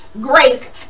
grace